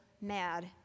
mad